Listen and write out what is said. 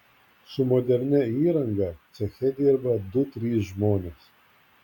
su modernia įranga ceche dirba du trys žmonės